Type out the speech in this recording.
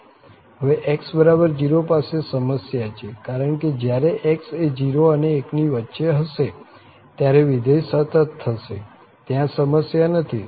હવે x0 પાસે સમસ્યા છે કારણ કે જયારે x એ 0 અને 1 ની વચ્ચે હશે ત્યારે વિધેય સતત થશે ત્યાં સમસ્યા નથી